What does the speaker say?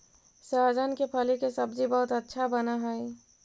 सहजन के फली के सब्जी बहुत अच्छा बनऽ हई